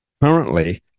currently